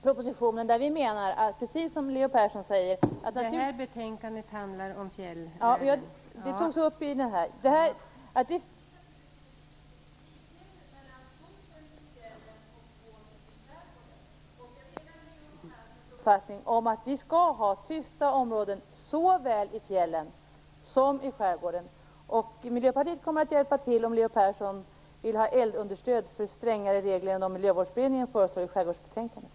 Jag delar Leo Perssons uppfattning om att vi skall ha tysta områden såväl i fjällen som i skärgården. Miljöpartiet kommer att hjälpa till om Leo Persson vill ha eldunderstöd för strängare regler än de Miljövårdsberedningen föreslår i skärgårdsbetänkandet.